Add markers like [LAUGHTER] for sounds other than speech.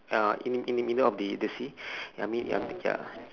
uh in the in the middle of the sea [BREATH] ya I mean ya I mean ya